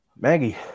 Maggie